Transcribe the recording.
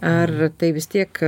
ar tai vis tiek